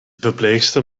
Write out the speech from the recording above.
verpleegster